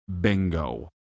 Bingo